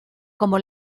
como